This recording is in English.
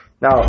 Now